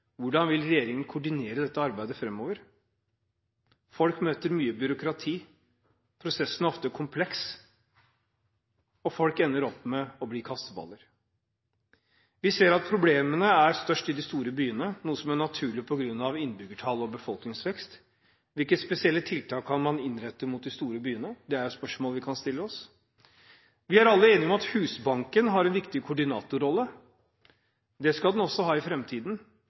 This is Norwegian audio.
Hvordan vil regjeringen koordinere dette arbeidet framover? Folk møter mye byråkrati, prosessen er ofte kompleks, og folk ender opp med å bli kasteballer. Vi ser at problemene er størst i de store byene, noe som er naturlig på grunn av innbyggertall og befolkningsvekst. Hvilke spesielle tiltak kan innrettes mot de store byene? Det er et spørsmål vi kan stille oss. Vi er alle enige om at Husbanken har en viktig koordinatorrolle. Det skal den også ha i